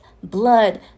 Blood